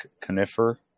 Conifer